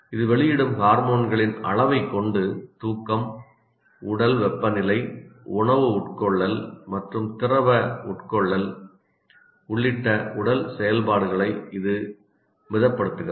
இது வெளியிடும் ஹார்மோன்களின் அளவைக் கொண்டு தூக்கம் உடல் வெப்பநிலை உணவு உட்கொள்ளல் மற்றும் திரவ உட்கொள்ளல் உள்ளிட்ட உடல் செயல்பாடுகளை இது மிதப்படுத்துகிறது